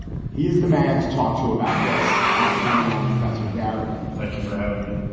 he is the man to talk to about this. thanks for coming on, professor darity. thank you for having me.